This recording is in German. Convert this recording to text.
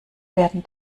werden